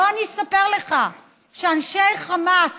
בוא אני אספר לך שאנשי חמאס,